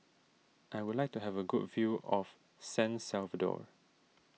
I would like to have a good view of San Salvador